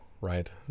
right